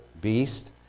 beast